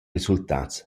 resultats